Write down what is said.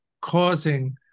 causing